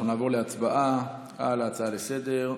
אנחנו נעבור להצבעה על ההצעה לסדר-היום.